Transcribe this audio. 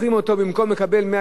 במקום לקבל 100,000 שקל,